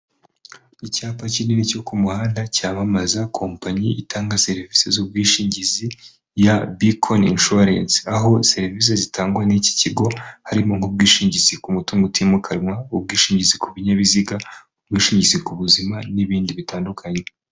Icyapa kinini cyo ku muhanda cyamamaza kompanyi itanga serivisi z'ubwishingizi ya Bikoni insuwarensi, aho serivisi zitangwa n'iki kigo, harimo nk'ubwishingizi ku mutungo utimukanwa, ubwishingizi ku binyabiziga, ubwishingizi ku buzima, n'ibindi bitandukanye.